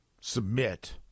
submit